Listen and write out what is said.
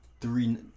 three